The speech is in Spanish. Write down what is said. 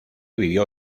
vivió